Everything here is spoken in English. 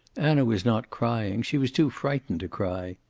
anna was not crying she was too frightened to cry.